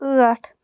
ٲٹھ